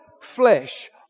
flesh